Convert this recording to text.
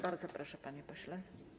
Bardzo proszę, panie pośle.